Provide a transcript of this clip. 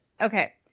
Okay